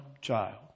child